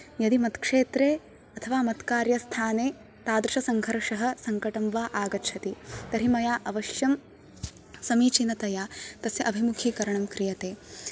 यदि मत् क्षेत्रे अथवा मत् कार्यस्थाने तादृश सङ्घर्षः संकटं वा आगच्छति तर्हि मया अवश्यं समीचिनतया तस्य अभिमुखिकरणं क्रियते